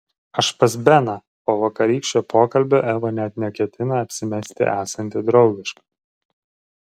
aš pas beną po vakarykščio pokalbio eva net neketina apsimesti esanti draugiška